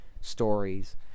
stories